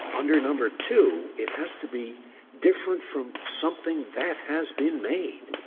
under number two it has to be different from something that has been made,